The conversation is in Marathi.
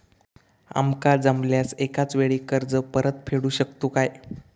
आमका जमल्यास एकाच वेळी कर्ज परत फेडू शकतू काय?